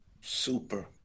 Super